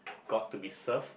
got to be served